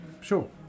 Sure